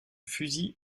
fusil